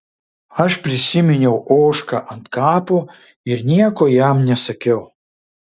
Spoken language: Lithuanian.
aš prisiminiau ožką ant kapo ir nieko jam nesakiau